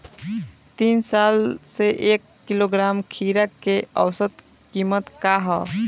तीन साल से एक किलोग्राम खीरा के औसत किमत का ह?